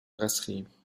brasserie